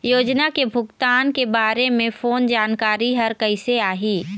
योजना के भुगतान के बारे मे फोन जानकारी हर कइसे आही?